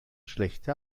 schlechte